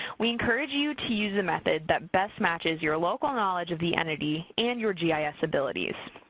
we encourage you to use the method that best matches your local knowledge of the entity and your gis abilities.